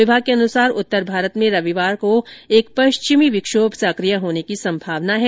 विभाग के अनुसार उत्तर भारत में रविवार को एक पश्चिमी विक्षोभ सक्रिय होने की संभावना है